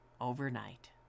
overnight